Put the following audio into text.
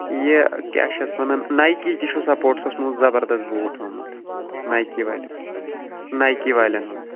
یہِ کیٛاہ چھِ یَتھ وَنان نایِکی تہِ چھُو سَپوٹٕسس منٛز زبردَس بوٗٹھ آمُت نایِکی نایِکی والیٚن ہُنٛد